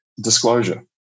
Disclosure